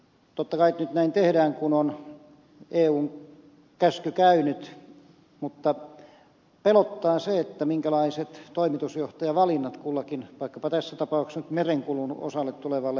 totta kai nyt näin tehdään kun on eun käsky käynyt mutta pelottaa se minkälaiset toimitusjohtajavalinnat kullekin vaikkapa tässä tapauksessa merenkulun osalle tulevalle yhtiölle tulee